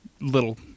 little